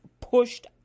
pushed